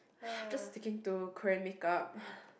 just sticking to Korean make up